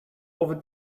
over